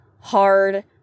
hard